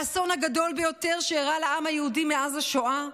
האסון הגדול ביותר שאירע לעם היהודי מאז השואה: